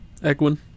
Egwin